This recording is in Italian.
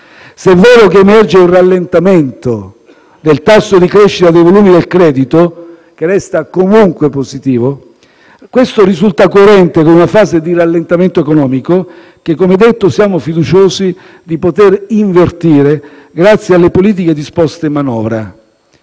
Se è vero che emerge un rallentamento del tasso di crescita dei volumi del credito, che resta comunque positivo, questo risulta coerente con una fase di rallentamento economico che, come detto, siamo fiduciosi di poter invertire grazie alle politiche disposte in manovra.